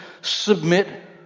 submit